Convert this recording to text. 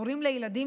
הורים לילדים,